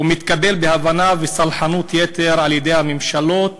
ומתקבל בהבנה ובסלחנות יתר על-ידי הממשלות